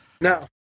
No